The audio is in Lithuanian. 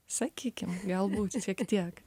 sakykim galbūt tik tiek